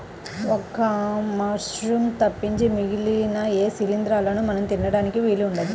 ఒక్క మశ్రూమ్స్ తప్పించి మిగిలిన ఏ శిలీంద్రాలనూ మనం తినడానికి వీలు ఉండదు